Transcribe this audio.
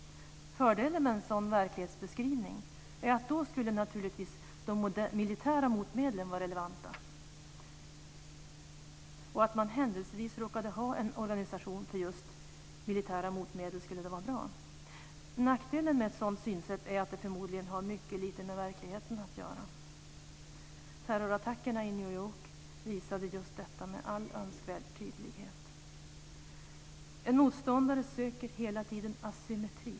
Fördelen med en sådan verklighetsbeskrivning är att då skulle naturligtvis de militära motmedlen vara relevanta, och om man händelsevis råkade ha en organisation för just militära motmedel skulle det vara bra. Nackdelen med ett sådant synsätt är att det förmodligen har mycket lite med verkligheten att göra. Terrorattacken mot New York visade just detta med all önskvärd tydlighet. En motståndare söker hela tiden asymmetri.